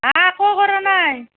মই একো কৰা নাই